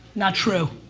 not true.